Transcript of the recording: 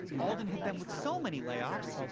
alden hit them with so many layoffs,